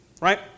Right